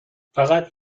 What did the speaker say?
فقط